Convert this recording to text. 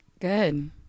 Good